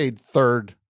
third